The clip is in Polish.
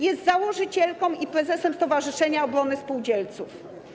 Jest założycielką i prezesem Stowarzyszenia Obrony Spółdzielców.